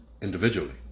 individually